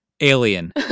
alien